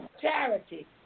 charity